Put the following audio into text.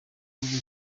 umugabo